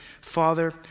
Father